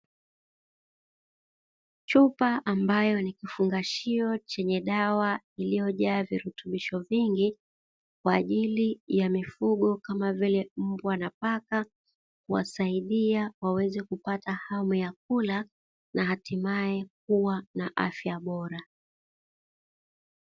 Chupa ambayo ni kifungashio chenye dawa iliyo na virutubisho vingi kwa ajili ya mifugo, kama vile mbwa na paka kuwasaidia kuweza kupata hamu ya kula na hatimaye kuwa na afya bora.